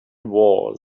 was